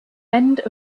end